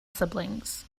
siblings